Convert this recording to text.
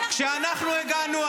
עזרתם לנו --- כשאנחנו הגענו,